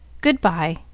good-by.